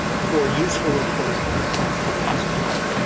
for useful employment by the activities of man,